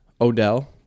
odell